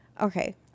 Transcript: Okay